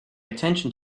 attention